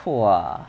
!whoa!